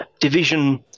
division